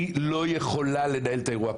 היא לא יכולה לנהל את האירוע.